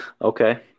Okay